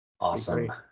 Awesome